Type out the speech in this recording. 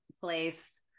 place